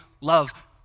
love